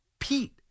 Pete